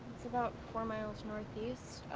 it's about four miles northeast.